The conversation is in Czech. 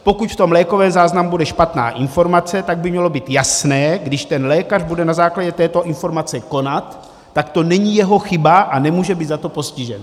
Pokud v tom lékovém záznamu bude špatná informace, tak by mělo být jasné, když ten lékař bude na základě této informace konat, tak to není jeho chyba a nemůže být za to postižen.